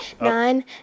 Nine